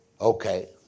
Okay